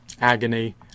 agony